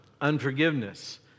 unforgiveness